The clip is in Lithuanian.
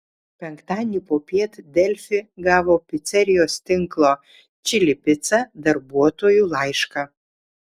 penktadienį popiet delfi gavo picerijos tinklo čili pica darbuotojų laišką